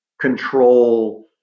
control